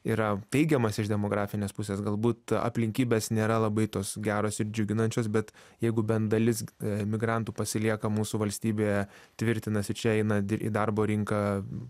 yra teigiamas iš demografinės pusės galbūt aplinkybės nėra labai tos geros ir džiuginančios bet jeigu bent dalis emigrantų pasilieka mūsų valstybėje tvirtinasi čia eina į darbo rinką